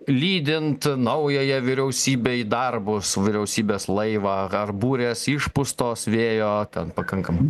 lydint naująją vyriausybę į darbus vyriausybės laivą ar burės išpūstos vėjo ten pakankamai